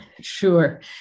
Sure